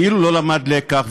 כאילו לא למד לקח,